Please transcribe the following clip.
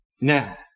now